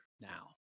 now